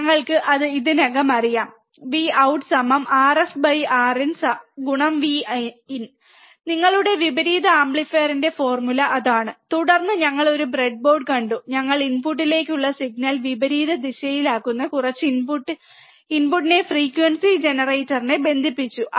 ഞങ്ങൾക്ക് അത് ഇതിനകം അറിയാം Vout RfRin Vin നിങ്ങളുടെ വിപരീത ആംപ്ലിഫയറിന്റെ ഫോർമുല അതാണ് തുടർന്ന് ഞങ്ങൾ ഒരു ബ്രെഡ്ബോർഡ് കണ്ടു ഞങ്ങൾ ഇൻപുട്ടിലേക്കുള്ള സിഗ്നൽ വിപരീതദിശയിലാക്കുന്ന കുറച്ച് ഇൻപുട്ടിനെ ഫ്രീക്വൻസി ജനറേറ്ററിനെ ബന്ധിപ്പിച്ചു